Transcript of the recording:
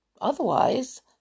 otherwise